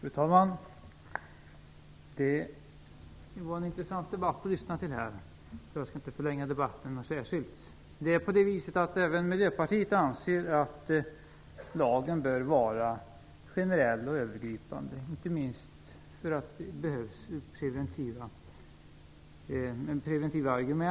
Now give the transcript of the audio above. Fru talman! Det har varit intressant att lyssna till den här debatten, som jag inte skall förlänga särskilt mycket. Även Miljöpartiet anser att lagen bör vara generell, inte minst därför att den skall ha en preventiv roll.